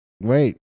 Wait